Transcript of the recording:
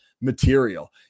material